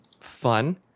fun